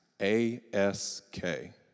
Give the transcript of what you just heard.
A-S-K